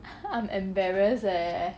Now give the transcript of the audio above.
I'm embarrassed eh